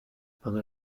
pendant